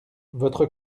votre